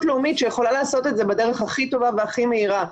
לאומית שיכולה לעשות את זה בדרך הכי טובה והכי מהירה.